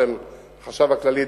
של החשב הכללי,